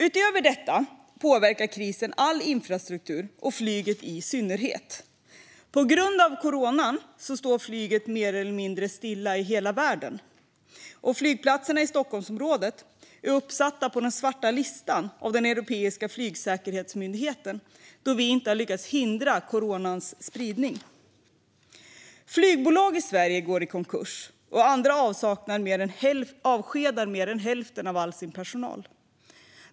Utöver detta påverkar krisen all infrastruktur, i synnerhet flyget. På grund av coronan står flyget mer eller mindre stilla i hela världen. Flygplatserna i Stockholmsområdet är uppsatta på den svarta listan av den europeiska flygsäkerhetsmyndigheten, då vi inte har lyckats hindra coronans spridning. En del flygbolag i Sverige går i konkurs, och andra avskedar mer än hälften av sin personal.